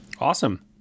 Awesome